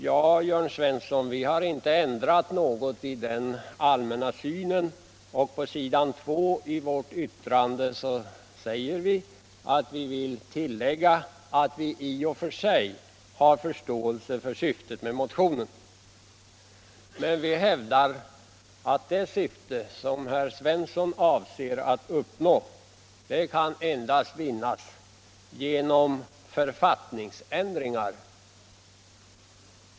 Ja, Jörn Svensson, vi har inte ändrat något i vår allmänna syn, och på s. 2 i vårt betänkande säger vi att vi vill tillägga att vi i och för sig har förståelse för syftet med motionen. Men vi hävdar att det syfte herr Svensson avser att uppnå endast kan vinnas genom författningsändringar.